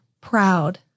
proud